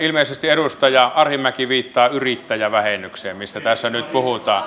ilmeisesti edustaja arhinmäki viittaa yrittäjävähennykseen mistä tässä nyt puhutaan